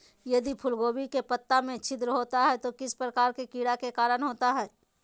यदि फूलगोभी के पत्ता में छिद्र होता है तो किस प्रकार के कीड़ा के कारण होता है?